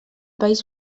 país